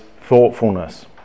thoughtfulness